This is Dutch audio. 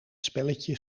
spelletje